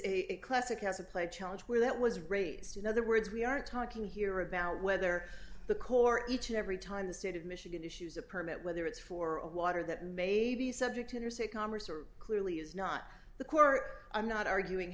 a classic as a play challenge where that was raised in other words we aren't talking here about whether the core each and every time the state of michigan issues a permit whether it's for a water that may be subject to interstate commerce or clearly is not the court i'm not arguing